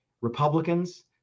Republicans